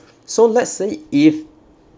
so let's say if